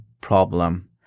problem